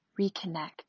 reconnect